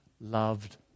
loved